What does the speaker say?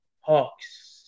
Hawks